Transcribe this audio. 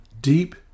deep